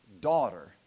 daughter